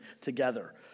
together